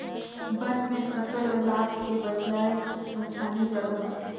बन में फसल ल लाभ के बजाए नुकसानी जादा होथे